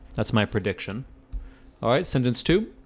that's my prediction alright sentence two